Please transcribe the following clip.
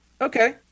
Okay